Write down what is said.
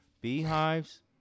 Beehives